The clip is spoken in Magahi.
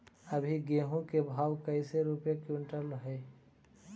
अभी गेहूं के भाव कैसे रूपये क्विंटल हई?